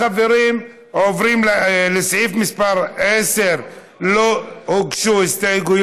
לסעיף מס' 10 לא הוגשו הסתייגות.